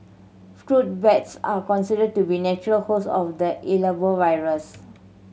fruit bats are considered to be the natural host of the virus